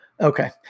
Okay